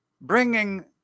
bringing